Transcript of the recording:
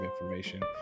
information